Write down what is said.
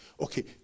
Okay